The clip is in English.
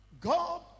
God